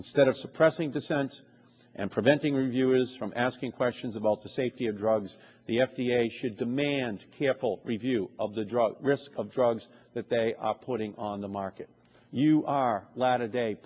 instead of suppressing defense and preventing reviewers from asking questions about the safety of drugs the f d a should demand careful review of the drug risk of drugs that they are putting on the market you are latter day